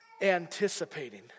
anticipating